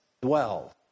dwell